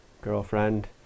girlfriend